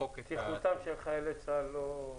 בטיחותם של חיילי צה"ל לא חשובה?